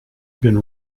been